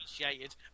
appreciated